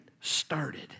started